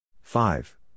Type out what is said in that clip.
five